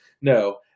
no